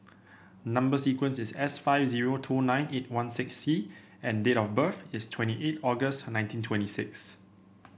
number sequence is S five zero two nine eight one six C and date of birth is twenty eight August nineteen twenty six